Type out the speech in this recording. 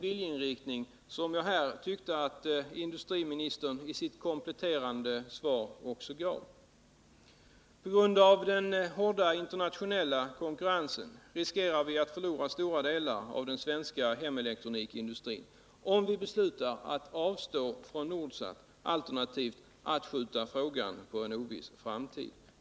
Jag tyckte att industriministern i sitt kompletterande svar gav uttryck för en liknande viljeinriktning. På grund av den hårda internationella konkurrensen riskerar vi att förlora stora delar av den svenska hemelektronikindustrin, om vi beslutar att avstå från Nordsat, alternativt att skjuta frågan på en oviss framtid.